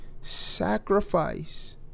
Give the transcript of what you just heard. sacrifice